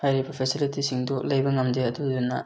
ꯍꯥꯏꯔꯤꯕ ꯐꯦꯁꯤꯂꯤꯇꯤꯁꯤꯡꯗꯨ ꯂꯩꯕ ꯉꯝꯗꯦ ꯑꯗꯨꯗꯨꯅ